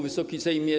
Wysoki Sejmie!